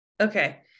Okay